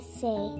say